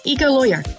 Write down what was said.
Eco-lawyer